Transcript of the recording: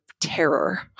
terror